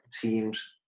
teams